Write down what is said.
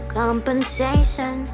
compensation